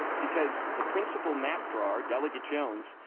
because the principal map drawer, delegate jones,